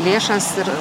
lėšas ir